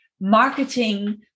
marketing